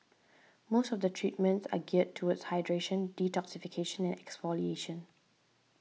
most of the treatments are geared toward hydration detoxification and exfoliation